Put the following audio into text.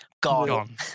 Gone